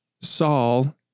Saul